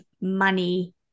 money